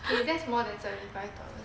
eh that's more than seventy five dollars